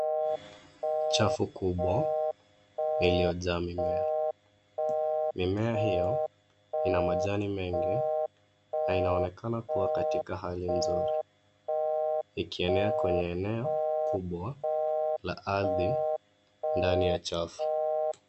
Chafu kubwa iliojaa mimea. Mimea hiyo ina majani mengi na inaonekana kuwa katika hali nzuri ikienea kwenye eneo kubwa la ardhi ndani ya chafu.